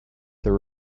there